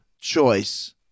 choice